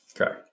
Okay